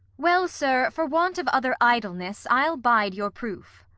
well, sir, for want of other idleness, i'll bide your proof.